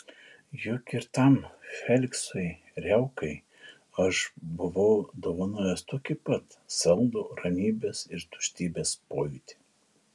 juk ir tam feliksui riaukai aš buvau dovanojęs tokį pat saldų ramybės ir tuštybės pojūtį